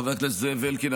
חבר הכנסת זאב אלקין,